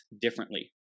differently